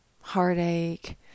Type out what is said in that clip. heartache